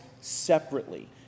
separately